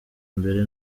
mbere